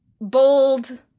bold